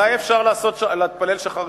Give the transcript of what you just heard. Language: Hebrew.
מתי אפשר להתפלל שחרית?